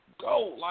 go